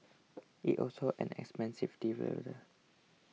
it's also an expensive